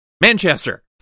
Manchester